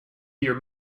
your